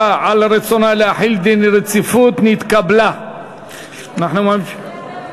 רצונה להחיל דין רציפות על הצעת חוק למניעת הסתננות (עבירות ושיפוט)